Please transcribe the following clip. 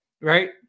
right